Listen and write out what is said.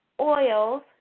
oils